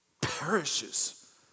perishes